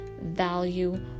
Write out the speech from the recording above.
value